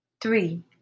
three